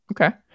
okay